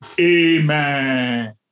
Amen